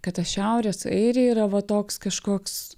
kad ta šiaurės airija yra va toks kažkoks